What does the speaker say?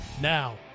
now